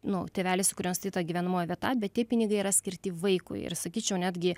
nu tėveliai su kuriuo nustatyta gyvenamoji vieta bet tie pinigai yra skirti vaikui ir sakyčiau netgi